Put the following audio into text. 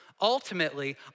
Ultimately